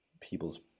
people's